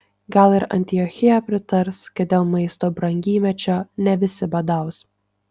gal ir antiochija pritars kad dėl maisto brangymečio ne visi badaus